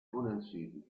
unentschieden